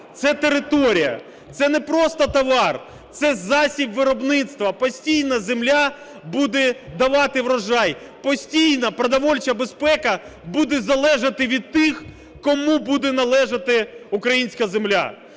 це територія, це не просто товар – це засіб виробництва. Постійно земля буде давати врожай, постійно продовольча безпека буде залежати від тих, кому буде належати українська земля.